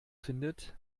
findet